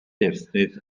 defnydd